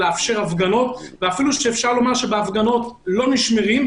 למרות שאפשר לומר שבהפגנות לא נשמרים,